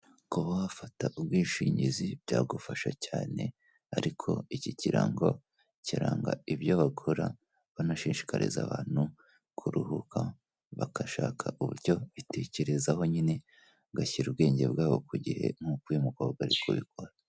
Kuba wafata ubwishingizi byagufasha cyane, ariko iki kirango kiranga ibyo bakora banashishikariza abantu kuruhuka, bagashaka uburyo bitekerezaho nyine, bagashyira ubwenge bwabo ku gihe nk'uko uyu mukobwa ari kubikora.